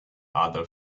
other